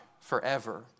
forever